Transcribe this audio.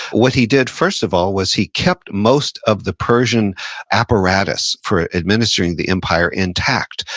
what he did first of all, was he kept most of the persian apparatus for administering the empire intact.